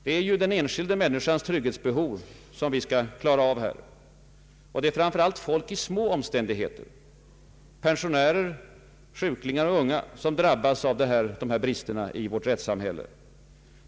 Det är ju den enskilda människans trygghetsbehov som det här gäller att tillgodose. Det är framför allt folk i små omständigheter — pensionärer, sjuklingar och unga — som drabbas av dessa brister i vårt rättssamhälle.